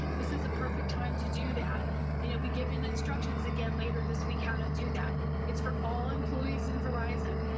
this is the perfect time to do that and. you'll be given instructions again later this week, how to do that. it's for all employees in verizon.